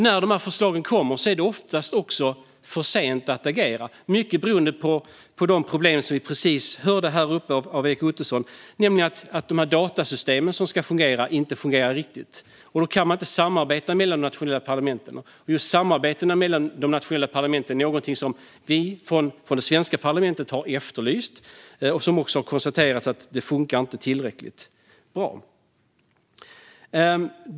När förslagen kommer är det dessutom ofta för sent att agera - mycket beroende på det problem vi just hörde om från Erik Ottoson, nämligen att datasystemen inte riktigt fungerar. Då kan man inte samarbeta mellan de nationella parlamenten, och just samarbetet mellan de nationella parlamenten är någonting som vi från det svenska parlamentet har efterlyst. Vi har konstaterat att det inte funkar tillräckligt bra.